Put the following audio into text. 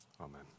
Amen